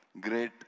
great